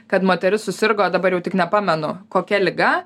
kad moteris susirgo dabar jau tik nepamenu kokia liga